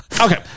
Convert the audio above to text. Okay